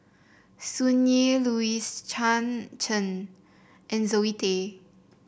Sun Yee Louis Chen and Zoe Tay